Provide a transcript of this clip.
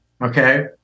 Okay